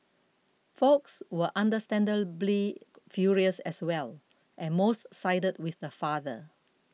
folks were understandably furious as well and most sided with the father